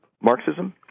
Marxism